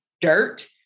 dirt